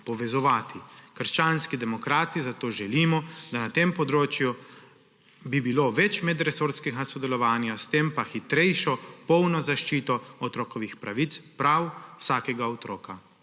povezovati. Krščanski demokrati zato želimo, da bi bilo na tem področju več medresorskega sodelovanja, s tem pa hitrejša polna zaščita otrokovih pravic prav vsakega otroka